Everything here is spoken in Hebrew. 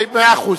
מאה אחוז.